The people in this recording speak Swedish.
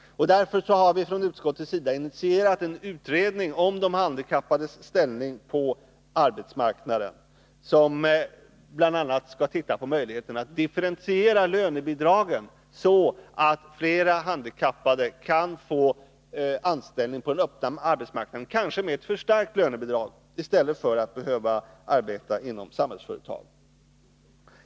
Därför har utskottet initierat en utredning om de handikappades ställning på arbetsmarknaden, som bl.a. skall titta på möjligheten att differentiera lönebidragen så att flera handikappade kan få anställning på den öppna arbetsmarknaden, kanske med förstärkt lönebidrag, i stället för att behöva arbeta inom Samhällsföretag.